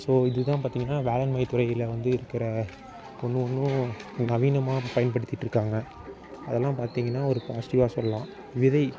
so இதுதான் பார்த்திங்கனா வேளாண்மை துறையில் வந்து இருக்கிற ஒன்றும் ஒன்றும் நவீனமாக பயன்படுத்திட்டு இருக்காங்க அதெல்லாம் பார்த்தீங்கனா ஒரு பாசிட்டிவாக சொல்லாம் விதை